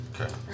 Okay